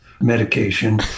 medication